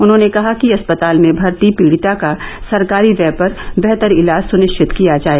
उन्हॉने कहा कि अस्पताल में भर्ती पीड़िता का सरकारी व्यय पर बेहतर इलाज सुनिश्चित किया जाए